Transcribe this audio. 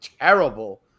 terrible